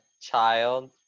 child